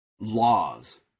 laws